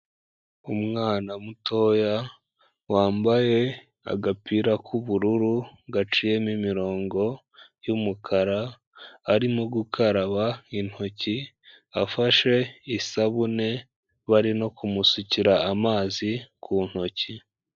Umwana mutoya wambaye agapira k'ubururu gaciyemo imirongo y'umukara, arimo gukaraba intoki, afashe isabune, barimo kumusukira amazi ku ntoki.